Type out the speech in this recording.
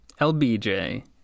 lbj